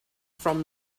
from